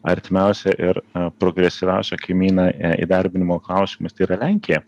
artimiausią ir progresyviausią kaimyną įdarbinimo klausimais tai yra lenkija